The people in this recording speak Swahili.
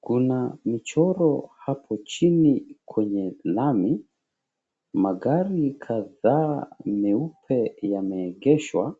Kuna mchoro hapo chini kwenye lami kadhaa meupe yameegeshwa.